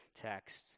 text